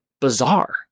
bizarre